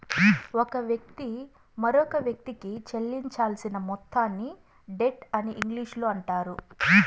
ఒక వ్యక్తి మరొకవ్యక్తికి చెల్లించాల్సిన మొత్తాన్ని డెట్ అని ఇంగ్లీషులో అంటారు